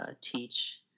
teach